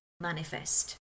manifest